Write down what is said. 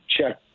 check